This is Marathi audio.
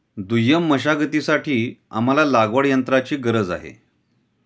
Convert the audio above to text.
दुय्यम मशागतीसाठी आम्हाला लागवडयंत्राची गरज आहे